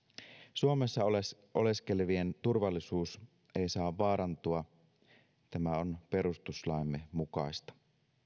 suomessa oleskelevien turvallisuus ei saa vaarantua tämä on perustuslakimme mukaista